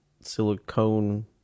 silicone